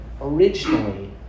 originally